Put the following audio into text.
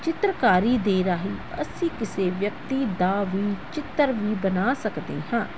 ਚਿੱਤਰਕਾਰੀ ਦੇ ਰਾਹੀਂ ਅਸੀਂ ਕਿਸੇ ਵਿਅਕਤੀ ਦਾ ਵੀ ਚਿੱਤਰ ਵੀ ਬਣਾ ਸਕਦੇ ਹਾਂ